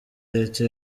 leta